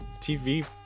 TV